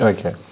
Okay